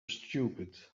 stupid